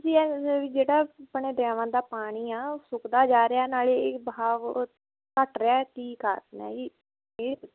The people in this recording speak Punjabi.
ਜੀ ਆਹ ਜਿਹੜਾ ਆਪਣੇ ਡੈਮਾਂ ਦਾ ਪਾਣੀ ਆ ਉਹ ਸੁੱਕਦਾ ਜਾ ਰਿਹਾ ਨਾਲੇ ਵਹਾਅ ਬਹੁਤ ਘੱਟ ਰਿਹਾ ਕੀ ਕਾਰਨ ਐ ਜੀ ਇਹ ਪੁੱਛਣਾ